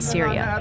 Syria